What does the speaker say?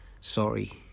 sorry